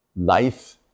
Life